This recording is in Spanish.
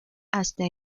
hasta